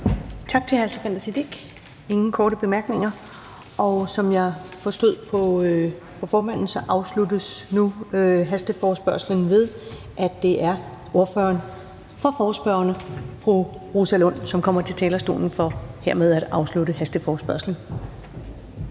Tak til hr. Sikandar Siddique. Ingen korte bemærkninger. Og som jeg forstod på formanden, afsluttes hasteforespørgslen nu, ved at det er ordføreren for forespørgerne, fru Rosa Lund, som kommer på talerstolen for hermed at afslutte hasteforespørgslen.